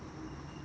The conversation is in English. you love it